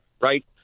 right